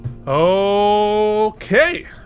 Okay